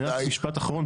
רק משפט אחרון.